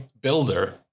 builder